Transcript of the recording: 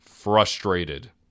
frustrated